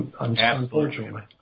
unfortunately